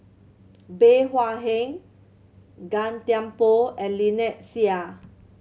Bey Hua Heng Gan Thiam Poh and Lynnette Seah